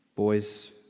Boys